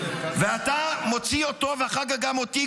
ואתה מוציא אותו ואחר כך גם אותי,